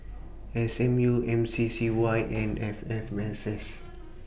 S M U M C C Y and F F Mss